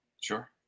Sure